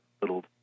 little